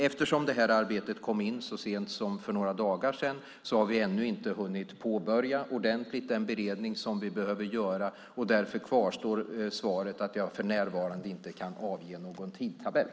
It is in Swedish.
Eftersom det här arbetet kom in så sent som för några dagar sedan har vi ännu inte ordentligt hunnit påbörja den beredning som vi behöver göra. Därför kvarstår svaret att jag för närvarande inte kan avge någon tidtabell.